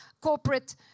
corporate